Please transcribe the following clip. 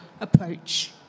approach